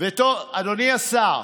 השר,